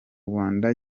rwanda